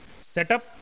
Setup